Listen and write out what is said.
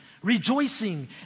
Rejoicing